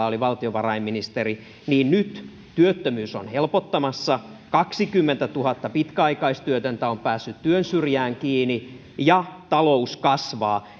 oli valtionvarainministeri niin nyt työttömyys on helpottamassa kaksikymmentätuhatta pitkäaikaistyötöntä on päässyt työn syrjään kiinni ja talous kasvaa